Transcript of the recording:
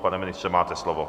Pane ministře, máte slovo.